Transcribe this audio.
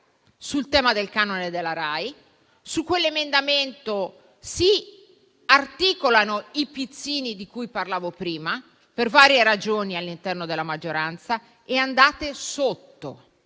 sul tema del canone RAI. Su quell'emendamento si articolano i pizzini di cui parlavo prima, per varie ragioni, all'interno della maggioranza e andate sotto